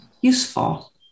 useful